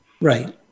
Right